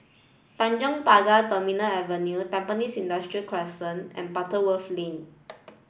Tanjong Pagar Terminal Avenue Tampines Industrial Crescent and Butterworth Lane